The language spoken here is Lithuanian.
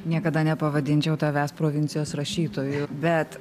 niekada nepavadinčiau tavęs provincijos rašytoju bet